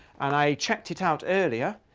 and i checked it out earlier.